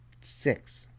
six